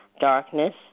darkness